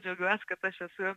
džiaugiuosi kad aš esu